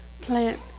plant